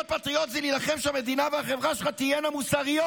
להיות פטריוט זה להילחם שהמדינה והחברה שלך תהיינה מוסריות.